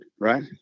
right